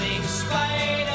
spider